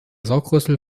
saugrüssel